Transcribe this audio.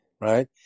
right